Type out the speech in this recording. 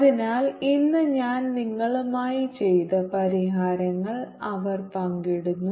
അതിനാൽ ഇന്ന് ഞാൻ നിങ്ങളുമായി ചെയ്ത പരിഹാരങ്ങൾ അവർ പങ്കിടുന്നു